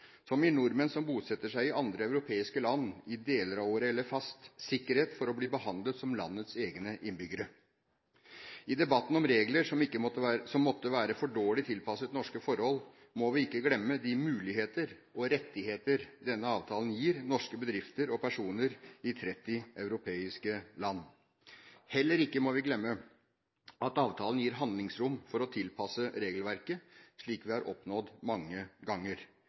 som gir nordmenn som bosetter seg i andre europeiske land i deler av året eller fast, sikkerhet for å bli behandlet som landets egne innbyggere. I debatten om regler som måtte være for dårlig tilpasset norske forhold, må vi ikke glemme de muligheter og rettigheter denne avtalen gir norske bedrifter og personer i 30 europeiske land. Heller ikke må vi glemme at avtalen gir handlingsrom for å tilpasse regelverket, slik vi har oppnådd mange ganger.